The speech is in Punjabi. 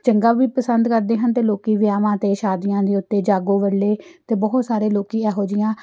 ਚੰਗਾ ਵੀ ਪਸੰਦ ਕਰਦੇ ਹਨ ਅਤੇ ਲੋਕ ਵਿਆਹਾਂ 'ਤੇ ਸ਼ਾਦੀਆਂ ਦੇ ਉੱਤੇ ਜਾਗੋ ਵੇਲੇ ਅਤੇ ਬਹੁਤ ਸਾਰੇ ਲੋਕ ਇਹੋ ਜਿਹੀਆਂ